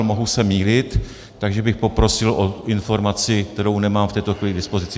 Mohu se mýlit, takže bych poprosil o informaci, kterou nemám v této chvíli k dispozici.